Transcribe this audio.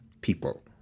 people